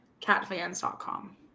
catfans.com